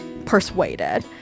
persuaded